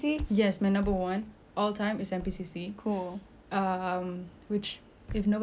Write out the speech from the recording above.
um which if nobody knows what it means national police cadet corps